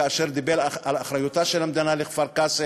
כאשר דיבר על אחריותה של המדינה לכפר-קאסם,